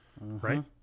right